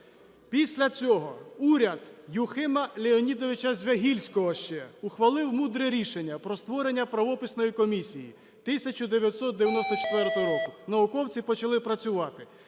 Після цього уряд Юхима Леонідовича Звягільського ще ухвалив мудре рішення про створення правописної комісії 1994 року. Науковці почали працювати.